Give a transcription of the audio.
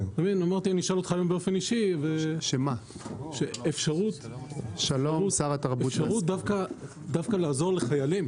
רציתי לשאול אותך באופן אישי על האפשרות לעזור לחיילים